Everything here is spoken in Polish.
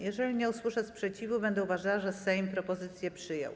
Jeżeli nie usłyszę sprzeciwu, będę uważała, że Sejm propozycję przyjął.